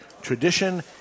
tradition